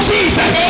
Jesus